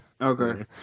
Okay